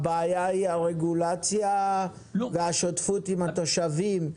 הבעיה היא הרגולציה והשותפות עם התושבים,